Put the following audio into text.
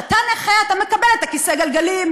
כשאתה נכה, אתה מקבל את כיסא הגלגלים,